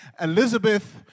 Elizabeth